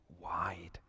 wide